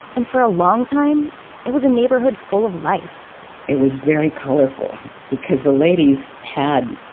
and for a long time it was a neighborhood full of life it was very colorful because the ladies had